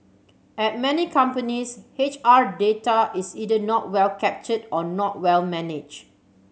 at many companies H R data is either not well captured or not well managed